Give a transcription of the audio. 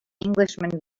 englishman